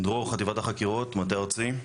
אני מחטיבת החקירות, מטה ארצי.